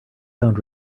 sound